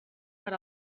per